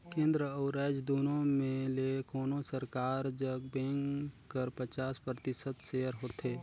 केन्द्र अउ राएज दुनो में ले कोनोच सरकार जग बेंक कर पचास परतिसत सेयर होथे